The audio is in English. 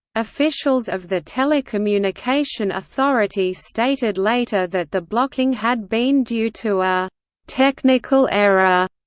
officials of the telecommunication authority stated later that the blocking had been due to a technical error.